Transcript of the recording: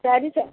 சரி சார்